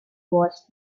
was